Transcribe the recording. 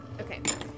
Okay